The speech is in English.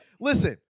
Listen